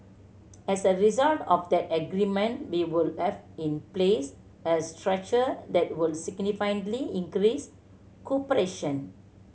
as a result of that agreement we would have in place a structure that would significantly increase cooperation